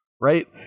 Right